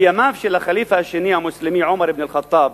בימיו של הח'ליף המוסלמי השני, עומר אבן אל-ח'טאב,